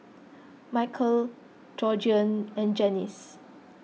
Michale Georgeann and Janyce